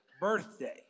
birthday